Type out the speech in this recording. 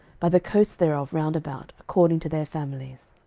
by the coasts thereof round about, according to their families.